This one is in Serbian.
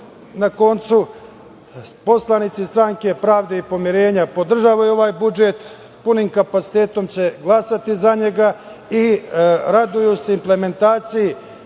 na kraju, poslanici Stranke pravde i pomirenja, podržavaju ovaj budžet punim kapacitetom će glasati za njega i raduju se implementaciji